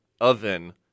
oven